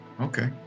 Okay